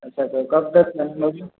अच्छा अच्छा कब तक बनेगी